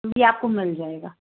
जी आपको मिल जाएगा